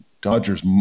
Dodgers